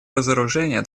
разоружения